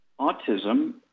autism